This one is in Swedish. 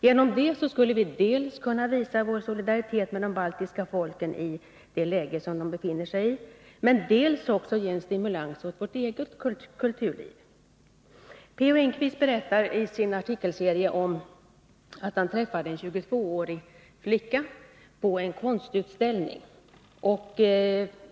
Genom det skulle vi dels kunna visa vår solidaritet med de baltiska folken i det läge som de befinner sig i, dels också få en stimulans åt vårt eget kulturliv. P. O. Enquist berättar i sin artikelserie att han träffade en 22-årig flicka på en konstutställning.